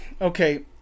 Okay